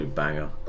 banger